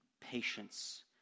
patience